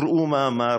וראו מה אמר